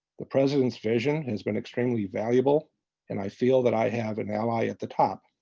the president's vision has been extremely valuable and i feel that i have an alley at the top.